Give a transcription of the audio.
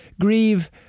grieve